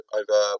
over